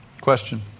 question